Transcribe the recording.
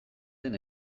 den